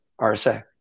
RSA